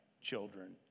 children